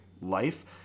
life